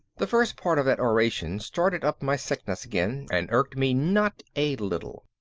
the first part of that oration started up my sickness again and irked me not a little.